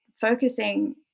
focusing